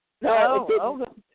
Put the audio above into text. No